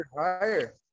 higher